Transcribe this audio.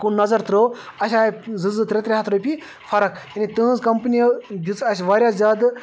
کُن نظر ترٛٲو اَسہِ آے زٕ زٕ ترٛےٚ ترٛےٚ ہَتھ رۄپیہِ فرق یعنی تُہٕنٛز کَمپٔنی دِژ اَسہِ واریاہ زیادٕ